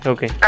Okay